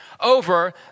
over